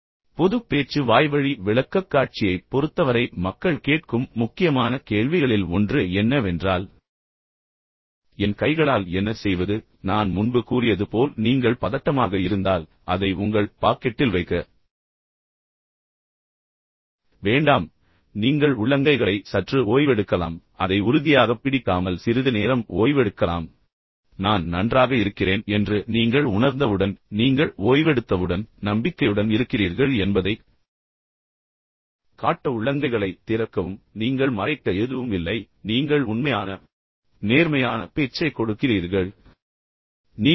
உண்மையில் பொதுப் பேச்சு வாய்வழி விளக்கக்காட்சியைப் பொறுத்தவரை மக்கள் கேட்கும் முக்கியமான கேள்விகளில் ஒன்று என்னவென்றால் என் கைகளால் என்ன செய்வது நான் முன்பு கூறியது போல் நீங்கள் பதட்டமாக இருந்தால் அதை உங்கள் பாக்கெட்டில் வைக்க வேண்டாம் நீங்கள் உள்ளங்கைகளை சற்று ஓய்வெடுக்கலாம் ஆனால் அதை உறுதியாகப் பிடிக்காமல் சிறிது நேரம் ஓய்வெடுக்கலாம் ஆனால் இப்போது நான் நன்றாக இருக்கிறேன் என்று நீங்கள் உணர்ந்தவுடன் நீங்கள் ஓய்வெடுத்தவுடன் நீங்கள் நம்பிக்கையுடன் இருக்கிறீர்கள் என்பதைக் காட்ட உள்ளங்கைகளைத் திறக்கவும் பின்னர் நீங்கள் மறைக்க எதுவும் இல்லை நீங்கள் மிகவும் உண்மையான மற்றும் நேர்மையான பேச்சைக் கொடுக்கிறீர்கள் நீங்கள் முழுமையாக தயாராக இருக்கிறீர்கள்